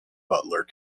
butler